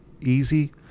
easy